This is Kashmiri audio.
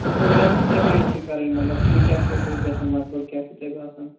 فوٹوٗگرٛافی کَمہِ آیہِ چھِ کَرٕنۍ مطلب کٲتیٛاہ فوٹوٗز گژھن لَگ بَگ کیٛاہ چھُے تۅہہِ باسان